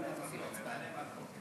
ממלא-מקום.